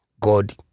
God